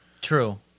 True